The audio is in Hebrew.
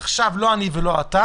מעבר לזה,